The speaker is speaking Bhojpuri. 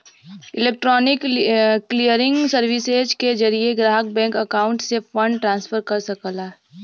इलेक्ट्रॉनिक क्लियरिंग सर्विसेज के जरिये ग्राहक बैंक अकाउंट से फंड ट्रांसफर कर सकला